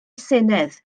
senedd